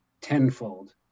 tenfold